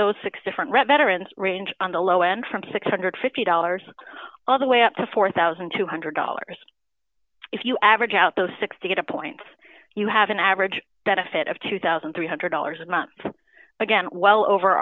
those six different red veterans range on the low end from six hundred and fifty dollars all the way up to four thousand two hundred dollars if you average out those six to get a point you have an average benefit of two thousand three hundred dollars a month again well over